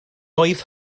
oedd